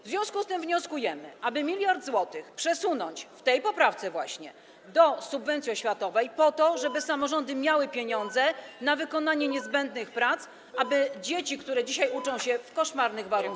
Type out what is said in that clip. W związku z tym wnioskujemy, aby 1 mld zł przesunąć, w tej poprawce właśnie, do subwencji oświatowej, po to żeby samorządy miały pieniądze na wykonanie niezbędnych prac, aby dzieci, które dzisiaj uczą się w koszmarnych warunkach.